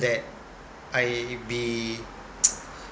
that I be